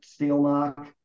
Steelmark